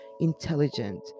intelligent